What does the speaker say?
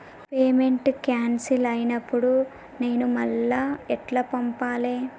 Payment cancel అయినపుడు నేను మళ్ళా ఎట్ల పంపాలే?